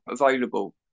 available